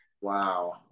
Wow